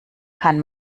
kann